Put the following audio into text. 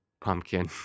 pumpkin